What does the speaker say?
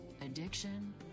addiction